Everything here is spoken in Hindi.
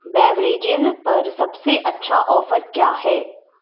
बेवरेजेज़ पर सबसे अच्छा ऑफर क्या है